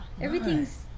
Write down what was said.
everything's